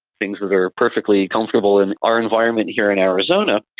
things that are perfectly comfortable in our environment here in arizona,